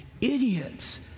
idiots